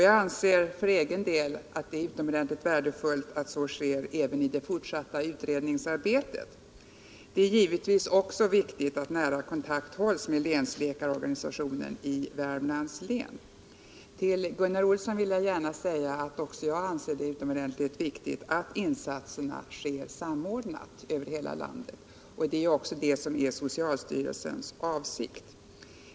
Jag anser för egen del att det är utomordentligt värdefullt att så sker även i det fortsatta utredningsarbetet. Det är givetvis också viktigt att nära kontakt hålls Till Gunnar Olsson vill jag gärna säga att även jag anser det utomordentligt viktigt att insatserna sker samordnat över hela landet. Det iär också socialstyrelsens avsikt.